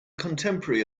contemporary